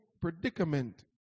predicament